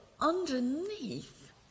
underneath